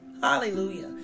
Hallelujah